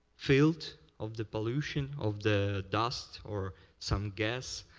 field of the population of the dust or some gas,